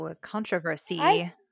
controversy